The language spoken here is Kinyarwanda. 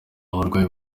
abarwayi